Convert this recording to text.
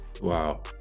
wow